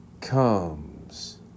comes